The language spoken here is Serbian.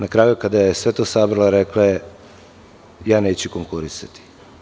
Na kraju, kada je sve to sabrala, rekla je – ja neću konkurisati.